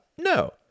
No